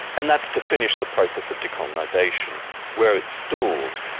and that's to finish the process of decolonisation where it stalled,